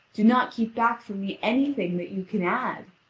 do not keep back from me anything that you can add.